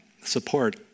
support